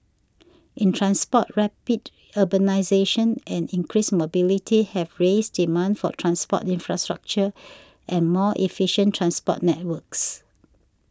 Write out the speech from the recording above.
in transport rapid urbanisation and increased mobility have raised demand for transport infrastructure and more efficient transport networks